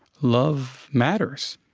love matters.